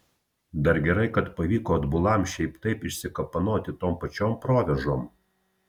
dar gerai kad pavyko atbulam šiaip taip išsikapanoti tom pačiom provėžom